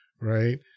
Right